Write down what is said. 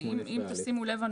אם תשימו לב,